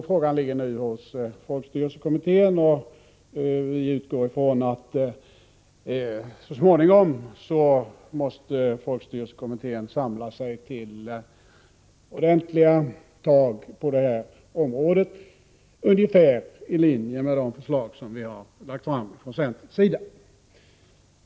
Frågan ligger nu hos folkstyrelsekommittén, och vi utgår från att folkstyrelsekommittén så småningom måste samla sig till ordentliga tag på detta område, ungefär i linje med de förslag som vi från centern har lagt fram.